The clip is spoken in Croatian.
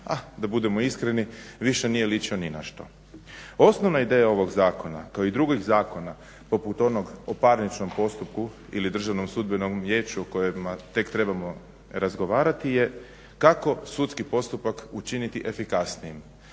ah da budemo iskreni više nije ličio ni na što. Osnovna ideja ovog zakona, kao i drugih zakona, poput onog o parničnom postupku ili Državnom sudbenom vijeću o kojima tek trebamo razgovarati je kako sudski postupak učiniti efikasnijim,